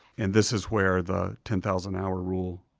and this is where the ten thousand hour rule,